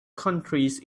countries